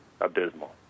abysmal